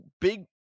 big